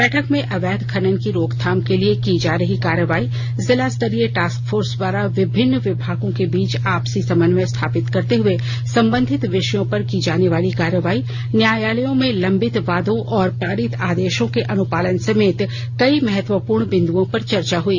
बैठक में अवैध खेनन की रोकथाम के लिए की जा रही कार्रवाई जिला स्तरीय टास्क फोर्स द्वारा विभिन्न विभागों के बीच आपसी समन्वय स्थापित करते हुए संबंधित विषयों पर की जाने वाली कार्रवाई न्यायालयों में लंबित वादों और पारित आदेशों के अनुपालन समेत कई महत्वपूर्ण बिंदुओं पर चर्चा हई